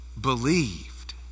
believed